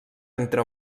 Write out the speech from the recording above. entre